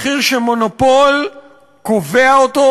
מחיר שמונופול קובע אותו,